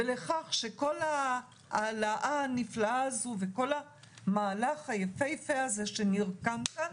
ולכך שכל ההעלאה הנפלאה הזו וכל המהלך היפהפה הזה שנרקם כאן,